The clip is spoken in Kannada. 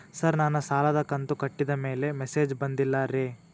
ಸರ್ ನನ್ನ ಸಾಲದ ಕಂತು ಕಟ್ಟಿದಮೇಲೆ ಮೆಸೇಜ್ ಬಂದಿಲ್ಲ ರೇ